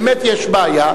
באמת יש בעיה,